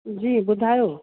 जी ॿुधायो